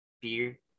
beer